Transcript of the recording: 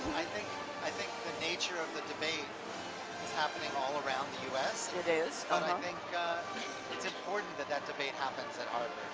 i think the nature of the debate is happening all around the us. it is. and i think it's important that that debate happens at harvard.